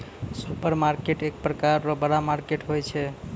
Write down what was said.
supermarket एक प्रकार रो बड़ा मार्केट होय छै